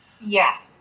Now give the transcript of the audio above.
Yes